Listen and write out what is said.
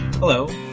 Hello